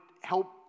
help